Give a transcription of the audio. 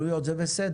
עלויות זה בסדר.